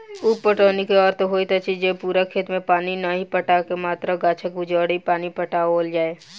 उप पटौनीक अर्थ होइत अछि जे पूरा खेत मे पानि नहि पटा क मात्र गाछक जड़ि मे पानि पटाओल जाय